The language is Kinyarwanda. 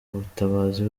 ubutabazi